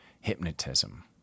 hypnotism